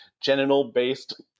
genital-based